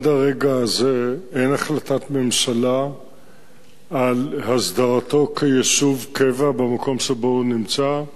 עד הרגע הזה אין החלטת ממשלה על הסדרתו כיישוב קבע במקום שבו הוא נמצא.